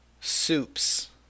soups